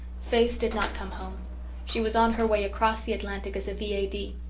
faith did not come home she was on her way across the atlantic as a v a d.